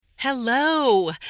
Hello